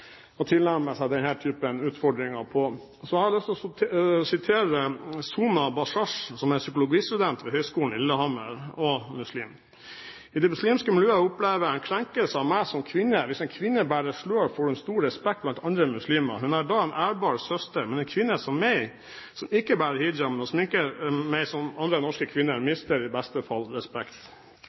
å tilnærme seg denne typen utfordringer på. Så har jeg lyst til å sitere Sona Bashash, som er psykologistudent ved Høgskolen i Lillehammer og muslim: I det muslimske miljøet opplever jeg en krenkelse av meg som kvinne. Hvis en kvinne bærer slør, får hun stor respekt blant andre muslimer. Hun er da en ærbar søster. Men en kvinne som meg, som ikke bærer hijaben, og sminker meg som andre norske kvinner, mister i beste fall respekt.